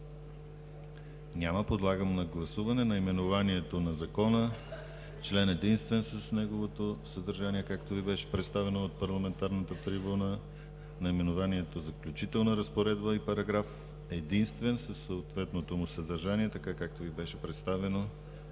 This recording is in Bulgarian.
Няма. Подлагам на гласуване наименованието на Закона, член единствен с неговото съдържание, както Ви беше представен от парламентарната трибуна, наименованието „Заключителна разпоредба“ и параграф единствен със съответното му съдържание, така както Ви беше представено